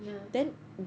ya